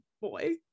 boy